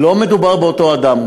לא מדובר באותו אדם.